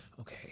Okay